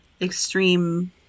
extreme